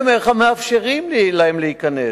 אני אומר לך: מאפשרים להם להיכנס,